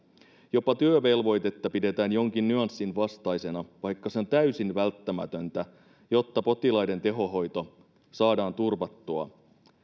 jopa työvelvoitetta pidetään jonkin nyanssin vastaisena vaikka se on täysin välttämätöntä jotta potilaiden tehohoito saadaan turvattua